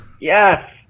Yes